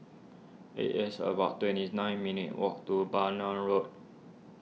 it is about twenty nine minutes' walk to Bhamo Road